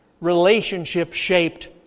relationship-shaped